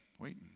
waiting